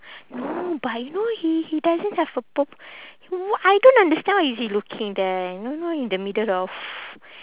no but you know he he doesn't have a purp~ no I don't understand why is he looking there know know in the middle of